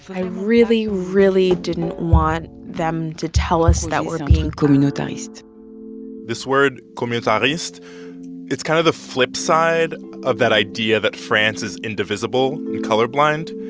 i really, really didn't want them to tell us that we're being communitariste this word, communitariste it's kind of the flip side of that idea that france is indivisible and colorblind.